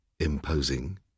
Imposing